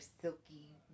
silky